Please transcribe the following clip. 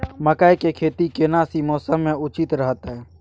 मकई के खेती केना सी मौसम मे उचित रहतय?